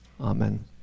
amen